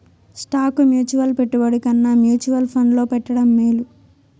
stock mutual పెట్టుబడి కన్నా mutual ఫండ్లో పెట్టడం మేలు